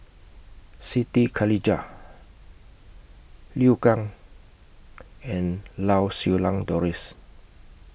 Siti Khalijah Liu Kang and Lau Siew Lang Doris